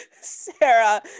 Sarah